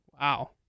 Wow